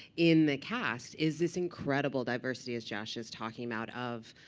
in the cast is this incredible diversity, as josh is talking about, of